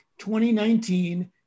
2019